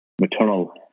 maternal